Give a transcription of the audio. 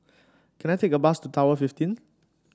can I take a bus to Tower Fifteen